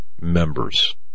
members